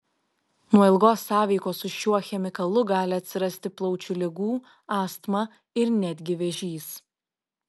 nuo ilgos sąveikos su šiuo chemikalu gali atsirasti plaučių ligų astma ir netgi vėžys